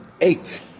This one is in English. eight